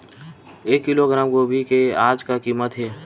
एक किलोग्राम गोभी के आज का कीमत हे?